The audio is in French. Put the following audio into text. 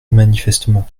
manifestement